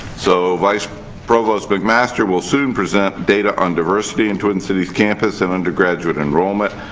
so, vice provost mcmaster will soon present data on diversity in twin cities campus and undergraduate enrollment.